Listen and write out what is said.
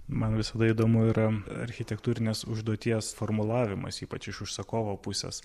man visada įdomu yra architektūrinės užduoties formulavimas ypač iš užsakovo pusės